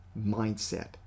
mindset